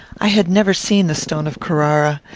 i had never seen the stone of carrara,